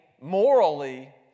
morally